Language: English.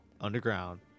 underground